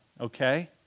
okay